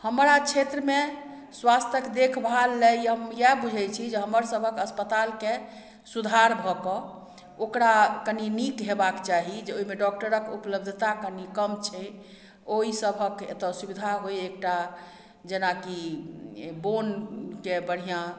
हमरा क्षेत्र मे स्वास्थक देखभाल लेल हम इएह बुझै छी जे हमर सबहक अस्पतालके सुधार भऽ कऽ ओकरा कनी नीक हेबाक चाही जे ओहि मे डॉक्टर के उपलब्धता कनी कम छै ओहि सबहक एतय सुविधा होइ एकटा जेना की बोन के बढ़िऑं